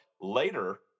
later